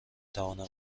توانم